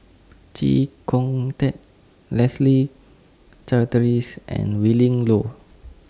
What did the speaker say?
Chee Kong Tet Leslie Charteris and Willin Low